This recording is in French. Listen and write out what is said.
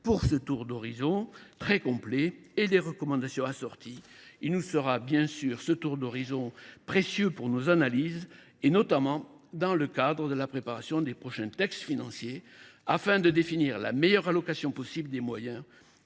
pour ce tour d’horizon très complet et pour les recommandations assorties. Il nous sera précieux pour nos analyses, notamment lors de la préparation des prochains textes financiers, afin de définir la meilleure allocation possible des moyens